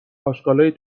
آشغالای